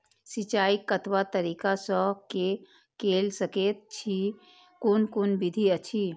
सिंचाई कतवा तरीका स के कैल सकैत छी कून कून विधि अछि?